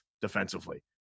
defensively